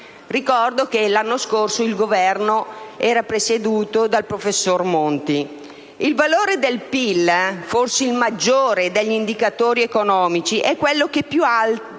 (ricordo che l'anno scorso il Governo era presieduto dal professor Monti). Il valore del PIL - forse il maggiore degli indicatori economici - è quello che più di